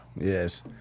Yes